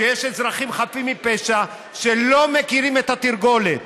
כשיש אזרחים חפים מפשע שלא מכירים את התרגולת.